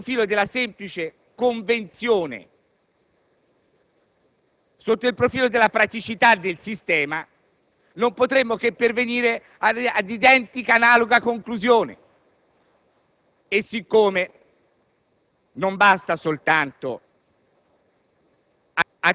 anche sotto il profilo della semplice convenzione e della praticità del sistema non potremmo che pervenire ad identica ed analoga conclusione. Siccome non basta soltanto